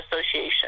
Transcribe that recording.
Association